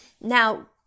Now